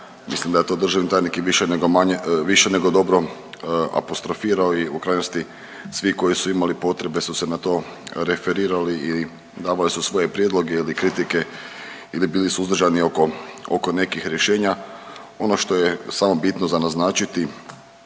mislim da je to državni tajnik više nego dobro apostrofirao i u krajnosti svi koji su imali potrebe su se na to referirali i davali su svoje prijedloge ili kritike ili bili suzdržani oko nekih rješenja. Ono što je samo bitno za naznačiti